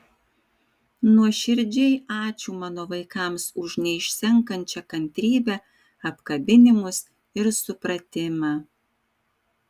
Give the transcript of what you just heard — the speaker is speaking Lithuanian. nuoširdžiai ačiū mano vaikams už neišsenkančią kantrybę apkabinimus ir supratimą